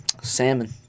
Salmon